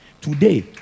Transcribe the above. today